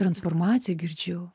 transformaciją girdžiu